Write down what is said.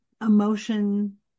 emotion